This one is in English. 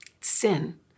sin